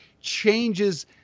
changes